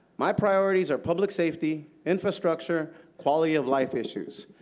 my priorities are public safety, infrastructure, quality-of-life issues.